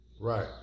Right